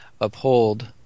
uphold